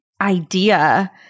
idea